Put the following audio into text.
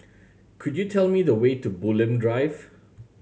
could you tell me the way to Bulim Drive